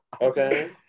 okay